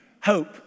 Hope